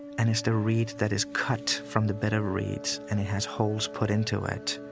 and it's the reed that is cut from the bed of reeds and it has holes put into it,